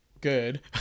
good